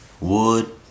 Wood